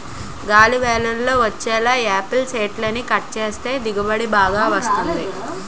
గాలి యెల్లేలా వచ్చేలా యాపిల్ సెట్లని కట్ సేత్తే దిగుబడి బాగుంటది